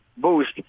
Boost